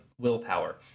Willpower